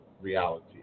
reality